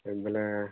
ଏ ବେଲେ